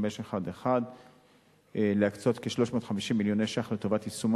3511 להקצות כ-350 מיליוני שקל לטובת יישומם